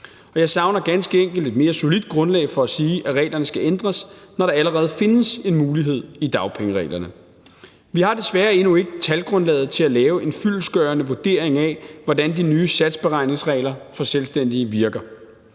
Jeg savner ganske enkelt et mere solidt grundlag for at sige, at reglerne skal ændres, når der allerede findes en mulighed i dagpengereglerne. Vi har desværre endnu ikke talgrundlaget til at lave en fyldestgørende vurdering af, hvordan de nye satsberegningsregler for selvstændige virker.